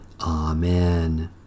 Amen